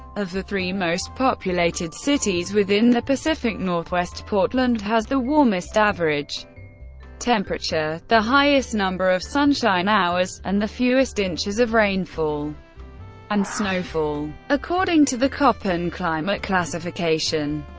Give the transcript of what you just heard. of the three most populated cities within the pacific northwest portland has the warmest average temperature, the highest number of sunshine hours, and and the fewest inches of rainfall and snowfall. according to the koppen climate classification,